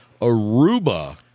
Aruba